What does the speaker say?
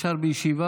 אפשר בישיבה